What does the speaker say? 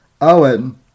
Owen